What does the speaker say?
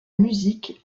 musique